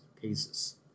cases